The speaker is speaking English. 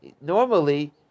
normally